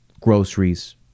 groceries